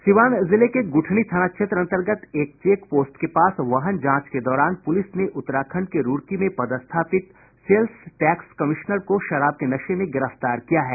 सीवान जिले के गुठनी थाना क्षेत्र अंतर्गत एक चेक पोस्ट के पास वाहन जांच के दौरान पुलिस ने उतराखंड के रूड़की में पदस्थापित सेल्स टैक्स कमिश्नर को शराब के नशे में गिरफ्तार किया है